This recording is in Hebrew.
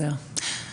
נותקה).